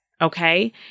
okay